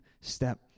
step